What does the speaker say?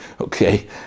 okay